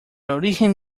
origen